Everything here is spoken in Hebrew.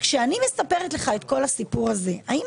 כשאני מספרת לך את כל הסיפור הזה - האם